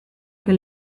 que